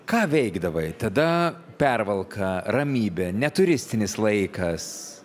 ką veikdavai tada pervalka ramybė neturistinis laikas